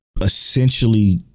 essentially